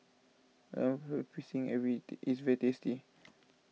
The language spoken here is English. Lemper Pisang every is very tasty